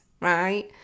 right